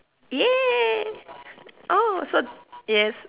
yeah oh so yes